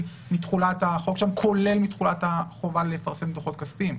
מתחולת החוק כולל מתחולת החובה לפרס דוחות כספיים.